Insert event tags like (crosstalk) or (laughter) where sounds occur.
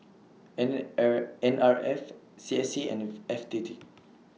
N R N R F C S C and (noise) F T T